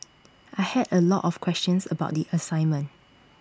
I had A lot of questions about the assignment